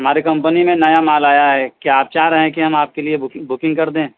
ہماری کمپنی میں نیا مال آیا ہے کیا آپ چاہ رہے ہیں کہ ہم آپ کے لیے بکنگ بکنگ کر دیں